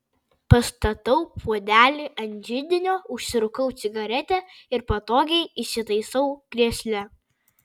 pastatau puodelį ant židinio užsirūkau cigaretę ir patogiai įsitaisau krėsle